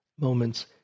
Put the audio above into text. moments